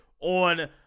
on